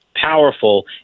powerful